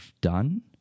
done